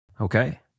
Okay